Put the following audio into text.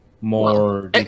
more